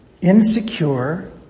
insecure